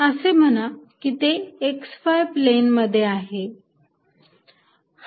असे म्हणा की ते x y प्लेन मध्ये आहे